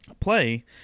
play